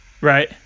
Right